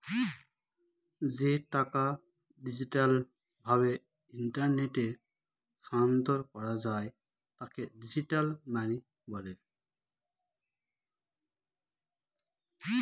যে টাকা ডিজিটাল ভাবে ইন্টারনেটে স্থানান্তর করা যায় তাকে ডিজিটাল মানি বলে